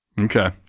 okay